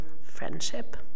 friendship